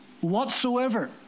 whatsoever